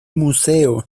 museo